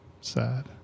Sad